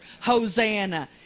Hosanna